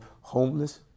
homeless